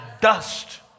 dust